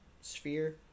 sphere